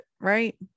right